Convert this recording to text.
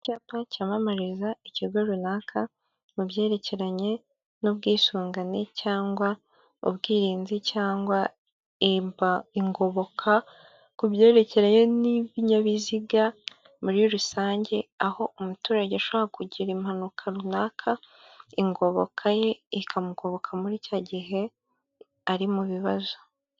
Icyapa cyamamariza ikigo runaka mu byerekeranye n'ubwisungane cyangwa ubwirinzi cyangwa ingoboka ku byerekeranye n'ibinyabiziga muri rusange aho umuturage ashobora kugira impanuka runaka ingoboka ye ikamukoboka muri cya gihe ari mu bibazo.